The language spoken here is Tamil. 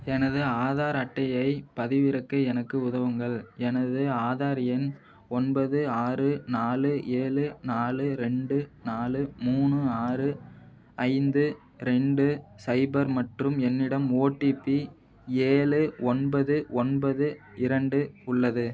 எனது ஆதார் அட்டையைப் பதிவிறக்க எனக்கு உதவுங்கள் எனது ஆதார் எண் ஒன்பது ஆறு நாலு ஏழு நாலு ரெண்டு நாலு மூணு ஆறு ஐந்து ரெண்டு சைபர் மற்றும் என்னிடம் ஓடிபி ஏழு ஒன்பது ஒன்பது இரண்டு உள்ளது